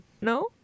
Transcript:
No